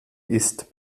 ist